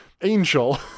Angel